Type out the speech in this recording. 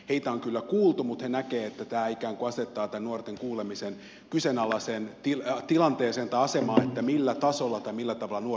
heitä on kyllä kuultu mutta he näkevät että tämä ikään kuin asettaa tämän nuorten kuulemisen kyseenalaiseen asemaan että millä tasolla tai millä tavalla nuorta kuunnellaan